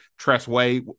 Tressway